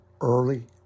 early